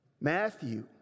Matthew